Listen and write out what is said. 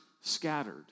scattered